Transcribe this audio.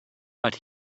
but